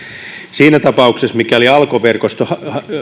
siinä tapauksessa mikäli alkon verkosto